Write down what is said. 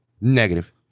Negative